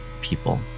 people